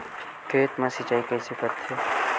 खेत मा सिंचाई कइसे करथे?